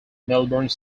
melbourne